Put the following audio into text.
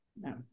No